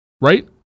right